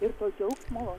ir to džiaugsmo